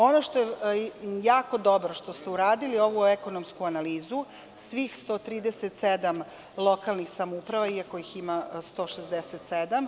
Ono što je jako dobro, jeste što ste uradili ovu ekonomsku analizu svih 137 lokalnih samouprava, iako ih ima 167.